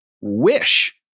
wish